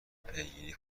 پیگیری